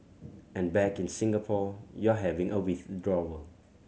and back in Singapore you're having a withdrawal